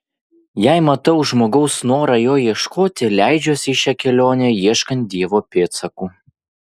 jei matau žmogaus norą jo ieškoti leidžiuosi į šią kelionę ieškant dievo pėdsakų